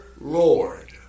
Lord